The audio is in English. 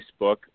Facebook